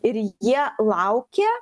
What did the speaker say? ir jie laukė